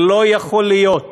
לא יכול להיות